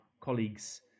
colleagues